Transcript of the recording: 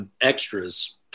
extras